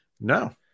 No